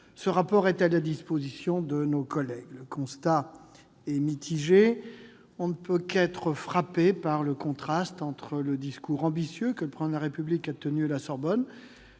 Le rapport est à la disposition de nos collègues. Le constat est mitigé. On ne peut qu'être frappé par le contraste entre le discours ambitieux que le Président de la République a tenu à la Sorbonne